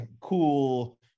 cool